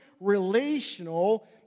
relational